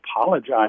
apologize